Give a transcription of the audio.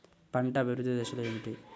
పంట అభివృద్ధి దశలు ఏమిటి?